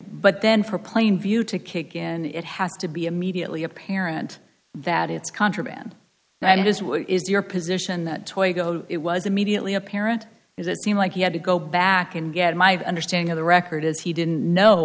but then for a plain view to kick in it has to be immediately apparent that it's contraband that is what is your position that it was immediately apparent is it seemed like he had to go back and get my understanding of the record is he didn't know